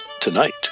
tonight